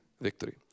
victory